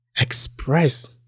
express